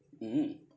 mm